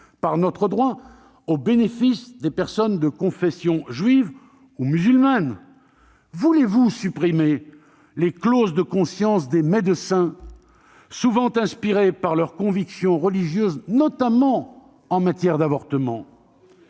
par notre droit au bénéfice des personnes de confession juive ou musulmane ? Voulez-vous supprimer les clauses de conscience des médecins, souvent inspirées par leurs convictions religieuses, notamment en matière d'avortement ?